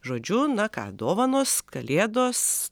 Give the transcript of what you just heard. žodžiu na ką dovanos kalėdos